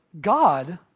God